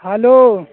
hello